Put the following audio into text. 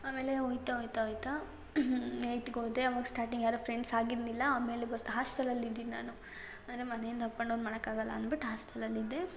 ಆಮೇಲೆ ಹೋಯ್ತ ಹೋಯ್ತ ಹೋಯ್ತಾ ಏಯ್ತ್ಗೋದೆ ಅವಾಗ ಸ್ಟಾಟಿಂಗ್ ಯಾರೂ ಫ್ರೆಂಡ್ಸ್ ಆಗಿರಲಿಲ್ಲ ಆಮೇಲೆ ಬರ್ತ ಹಾಶ್ಟೆಲಲ್ಲಿ ಇದ್ದಿದ್ದು ನಾನು ಅಂದರೆ ಮನೆಯಿಂದ ಅಪ್ ಆ್ಯಂಡ್ ಡೌನ್ ಮಾಡಕ್ಕಾಗಲ್ಲ ಅನ್ಬಿಟ್ಟು ಹಾಸ್ಟೆಲಲ್ಲಿ ಇದ್ದೆ